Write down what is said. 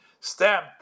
stamp